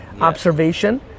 observation